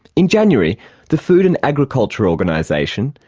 in january the food and agriculture organisation,